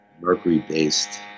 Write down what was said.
mercury-based